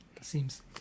Seems